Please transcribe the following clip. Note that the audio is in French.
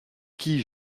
qui